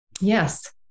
Yes